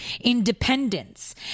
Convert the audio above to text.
Independence